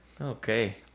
Okay